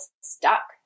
stuck